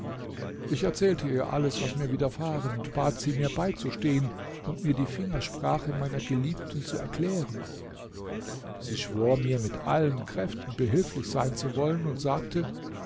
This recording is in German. ich erzählte ihr alles was mir widerfahren und bat sie mir beizustehen und mir die fingersprache meiner geliebten zu erklären sie schwor mir mit allen kräften behilflich sein zu wollen und sagte